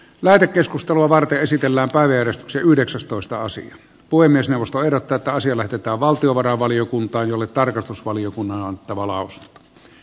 lähetekeskustelua varten esitellä vero se yhdeksästoista osin puhemiesneuvosto ehdottaa että asia lähetetään valtiovarainvaliokuntaan jolle tarkastusvaliokunnan ja maalausta